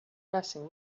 blessing